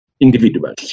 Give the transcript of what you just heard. individuals